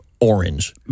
orange